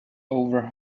over